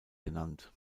genannt